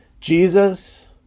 Jesus